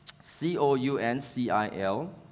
C-O-U-N-C-I-L